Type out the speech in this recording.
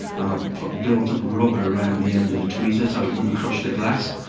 and i built rubber around the end of the tweezer so it wouldn't crush the glass.